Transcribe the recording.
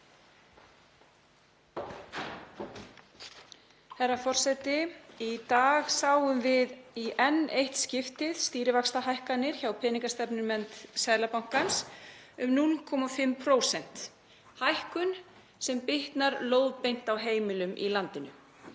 Herra forseti. Í dag sáum við í enn eitt skiptið stýrivaxtahækkanir hjá peningastefnunefnd Seðlabankans um 0,5%, hækkun sem bitnar lóðbeint á heimilum í landinu.